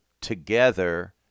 together